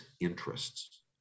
interests